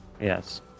Yes